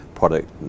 product